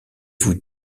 vous